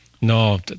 no